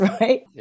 right